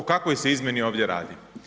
O kakvoj se izmjeni ovdje radi?